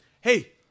Hey